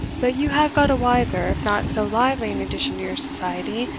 but you have got a wiser, if not so lively an addition to your society,